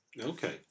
Okay